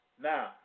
Now